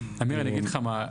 אמיר, אני אגיד לך מה.